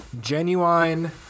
genuine